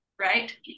right